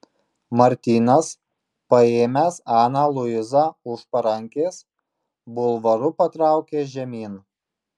martynas paėmęs aną luizą už parankės bulvaru patraukė žemyn